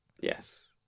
Yes